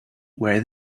where